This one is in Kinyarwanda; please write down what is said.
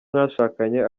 mwashakanye